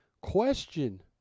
question